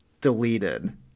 deleted